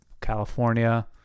California